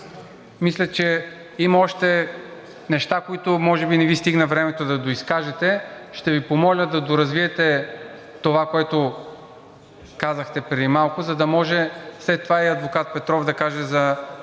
мисля, че има още неща, които може би не Ви стигна времето да доизкажете. Ще Ви помоля да доразвиете това, което казахте преди малко, за да може след това и адвокат Петров да каже за